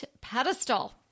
pedestal